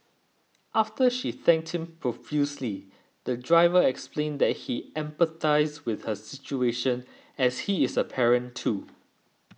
after she thanked him profusely the driver explained that he empathised with her situation as he is a parent too